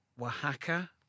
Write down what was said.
Oaxaca